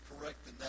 correct